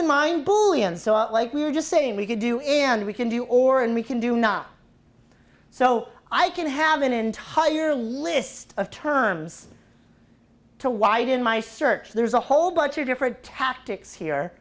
in mind bully and so like we were just saying we could do it and we can do or and we can do not so i can have an entire list of terms to widen my search there's a whole bunch of different tactics here